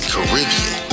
Caribbean